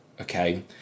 Okay